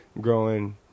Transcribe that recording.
growing